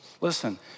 Listen